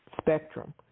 spectrum